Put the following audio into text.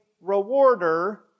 rewarder